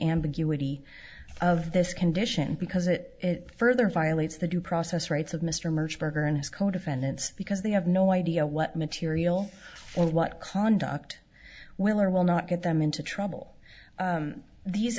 ambiguity of this condition because it further violates the due process rights of mr merge berger and his co defendants because they have no idea what material or what conduct will or will not get them into trouble these